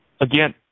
again